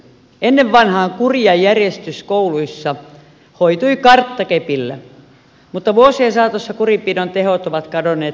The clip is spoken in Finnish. ennen vanhaan kuri ja järjestys kouluissa hoitui karttakepillä mutta vuosien saatossa kurinpidon tehot ovat kadonneet valitettavan paljon